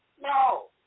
No